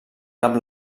cap